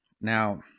Now